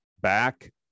back